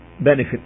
benefit